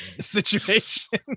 Situation